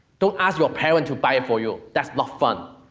don't ask your parent to buy it for you, that's no fun.